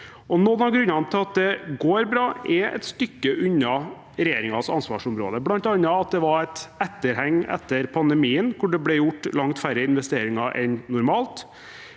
Noen av grunnene til at det går bra, er et stykke unna regjeringens ansvarsområde, bl.a. at det var et etterheng etter pandemien da det ble gjort langt færre investeringer enn normalt.